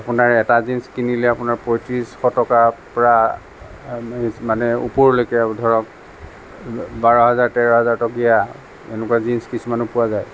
আপোনাৰ এটা জীনছ্ কিনিলে আপোনাৰ পঁয়ত্ৰিছশ টকাৰ পৰা মানে ওপৰলৈকে আৰু ধৰক বাৰ হাজাৰ তেৰ হাজাৰ টকীয়া এনেকুৱা জীনছ্ কিছুমানো পোৱা যায়